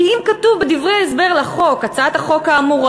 כי אם כתוב בדברי ההסבר לחוק: "הצעת החוק האמורה